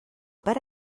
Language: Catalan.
per